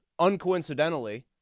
uncoincidentally